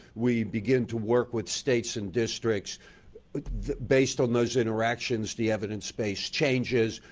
we begin to work with states and districts based on those interactions, the evidence-based changes.